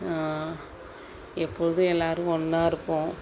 எப்பொழுதும் எல்லோரும் ஒன்னாக இருப்போம்